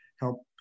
help